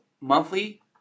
monthly